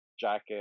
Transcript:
jacket